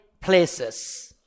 places